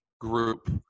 group